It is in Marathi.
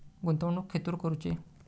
गुंतवणुक खेतुर करूची?